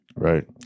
Right